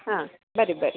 ಹಾಂ ಬನ್ರಿ ಬನ್ರಿ